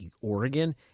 Oregon